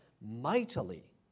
mightily